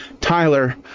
tyler